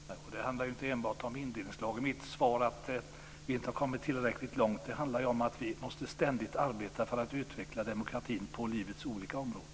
Fru talman! Det handlar inte enbart om indelningslagen. Mitt svar att vi inte har kommit tillräckligt långt innebär att vi ständigt måste arbeta för att utveckla demokratin på livets olika områden.